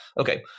Okay